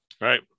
Right